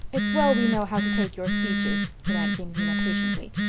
it's well we know how to take your speeches, said aunt jamesina patiently.